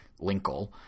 Linkle